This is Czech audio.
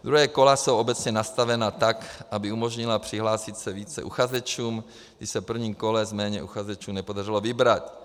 Druhá kola jsou obecně nastavena tak, aby umožnila přihlásit se více uchazečům, když se v prvním kole z méně uchazečů nepodařilo vybrat.